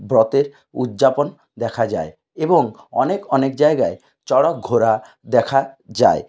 ব্রতের উদযাপন দেখা যায় এবং অনেক অনেক জায়গায় চড়ক ঘোড়া দেখা যায়